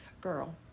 Girl